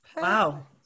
Wow